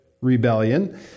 rebellion